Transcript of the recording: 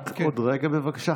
רק עוד רגע, בבקשה.